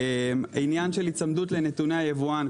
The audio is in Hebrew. העניין של היצמדות לנתוני היבואן,